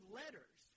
letters